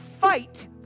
fight